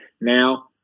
Now